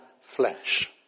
flesh